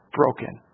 broken